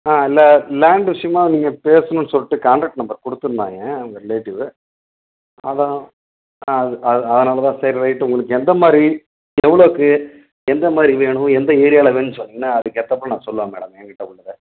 ஆ ல லேண்டு விஷயமா நீங்கள் பேசணும்னு சொல்லிட்டு காண்டேக்ட் நம்பர் கொடுத்துருந்தாங்க உங்கள் ரிலேட்டிவ்வு அதுதான் ஆ அது அ அதனால் தான் சரி ரைட்டு உங்களுக்கு எந்த மாதிரி எவ்வளோக்கு எந்த மாதிரி வேணும் எந்த ஏரியாவில் வேணும்னு சொன்னீங்கன்னால் அதுக்கு ஏற்றாப்புல நான் சொல்லுவேன் மேடம் என் கிட்டே உள்ளதை